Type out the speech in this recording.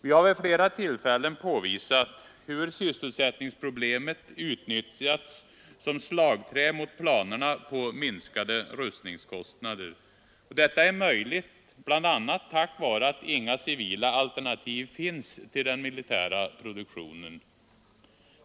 Vi har vid flera tillfällen påvisat hur sysselsättningsproblemet utnyttjats som slagträ mot planerna på minskade rustningskostnader. Detta har varit möjligt bl.a. tack vare att inga civila alternativ finns till den militära produktionen.